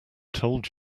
told